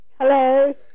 hello